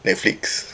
Netflix